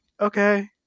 okay